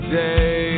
day